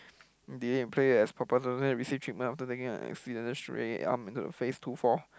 D_A in play as receive treatment after taking an in arm into the face two four